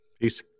Peace